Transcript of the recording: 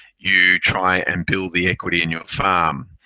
you try and build the equity in your farm.